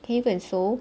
can you go and 搜